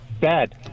dad